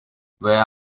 veya